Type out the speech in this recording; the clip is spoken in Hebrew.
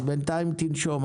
בינתיים תנשום,